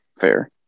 Fair